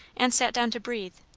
and sat down to breathe.